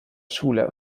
schule